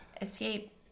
Escape